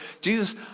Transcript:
Jesus